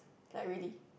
like really